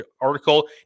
article